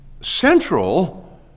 central